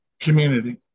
community